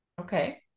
Okay